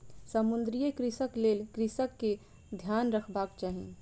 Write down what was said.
समुद्रीय कृषिक लेल कृषक के ध्यान रखबाक चाही